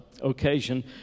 occasion